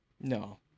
No